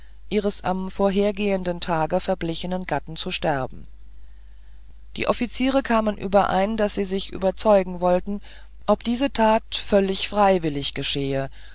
ihres am vorhergehenden tage verblichenen gatten zu sterben die offiziere kamen überein daß sie sich überzeugen wollten ob diese tal völlig freiwillig geschehe